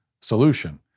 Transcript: solution